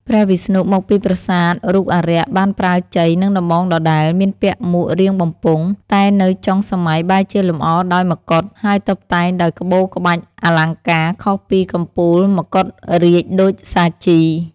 ព្រះវិស្ណុមកពីប្រាសាទរូបអារក្ស បានប្រើជ័យ និងដំបងដដែល មានពាក់មួករាងបំពង់ តែនៅចុងសម័យបែរជាលម្អដោយមកុដ ហើយតុបតែងដោយក្បូរក្បាច់ អលង្ការ ខុសពីកំពូលមកុដរាងដូចសាជី។